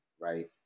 right